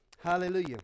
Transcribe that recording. Hallelujah